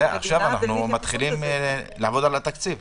בסדר, עכשיו אנחנו מתחילים לעבוד על התקציב.